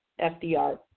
FDR